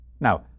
Now